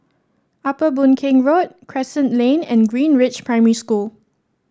Upper Boon Keng Road Crescent Lane and Greenridge Primary School